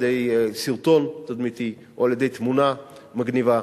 על-ידי סרטון תדמיתי או על-ידי תמונה מגניבה